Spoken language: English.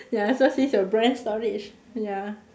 ya so see your brain storage ya